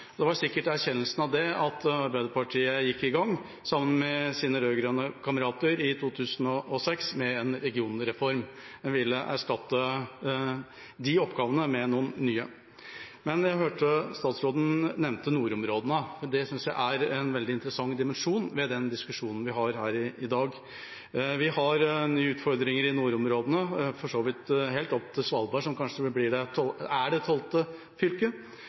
Det var sikkert i erkjennelsen av det at Arbeiderpartiet sammen med sine rød-grønne kamerater gikk i gang med en regionreform i 2006. En ville erstatte de oppgavene med noen nye. Jeg hørte statsråden nevne nordområdene. Det synes jeg er en veldig interessant dimensjon ved diskusjonen vi har her i dag. Vi har nye utfordringer i nordområdene, for så vidt helt opp til Svalbard, som kanskje er det tolvte